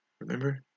Remember